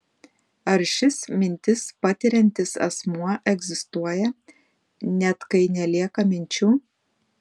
ar šis mintis patiriantis asmuo egzistuoja net kai nelieka minčių